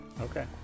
Okay